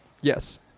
Yes